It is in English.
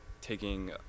taking